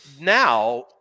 now